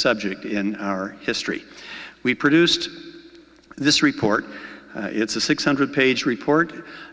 subject in our history we produced this report it's a six hundred page report